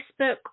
Facebook